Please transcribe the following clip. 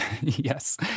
Yes